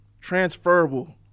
transferable